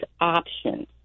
options